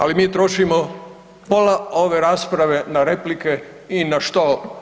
Ali mi trošimo pola ove rasprave na replike i na što?